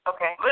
Okay